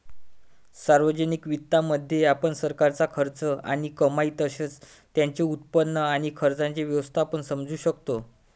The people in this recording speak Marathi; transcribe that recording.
सार्वजनिक वित्तामध्ये, आपण सरकारचा खर्च आणि कमाई तसेच त्याचे उत्पन्न आणि खर्चाचे व्यवस्थापन समजू शकतो